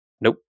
Nope